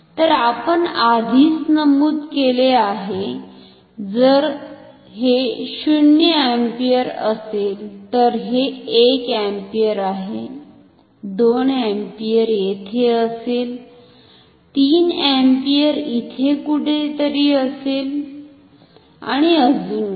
तर आपण आधीच नमुद केले आहे जर हे 0 अँपिअर असेल तर हे 1 अँपिअर आहे 2 अँपिअर येथे असेल 3 अँपिअर इथपर्यंत कुठेतरी असेल आणि अजूनकाही